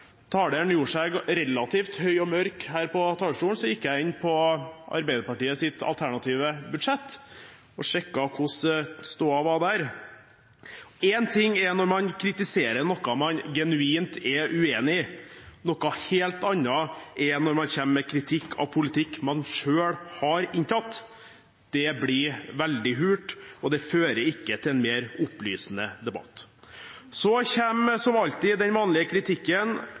taleren gjorde seg relativt høy og mørk her på talerstolen, gikk jeg inn på Arbeiderpartiets alternative budsjett og sjekket hvordan stoda var der. Én ting er når man kritiserer noe man er genuint uenig i, noe helt annet er når man kommer med kritikk av politikk man selv har inntatt. Det blir veldig hult, og det fører ikke til en mer opplysende debatt. Så kommer som alltid den vanlige kritikken